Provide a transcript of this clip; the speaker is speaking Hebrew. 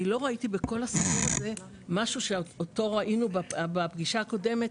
אני לא ראיתי בכל הסיפור הזה משהו שאותו ראינו בפגישה הקודמת,